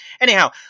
Anyhow